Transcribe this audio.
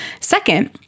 Second